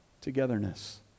togetherness